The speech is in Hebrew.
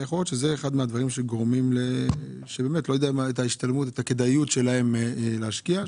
יכול להיות שזה אחד מהדברים שגורמים לחוסר הכדאיות שלהם להשקיע.